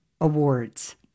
awards